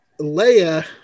Leia